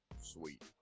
Sweet